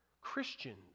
Christians